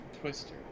Twister